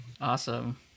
Awesome